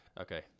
Okay